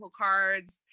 cards